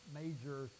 major